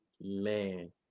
Man